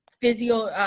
physio